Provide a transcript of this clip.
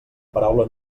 paraula